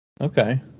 Okay